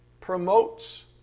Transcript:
promotes